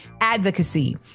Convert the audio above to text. advocacy